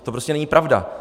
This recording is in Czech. To prostě není pravda.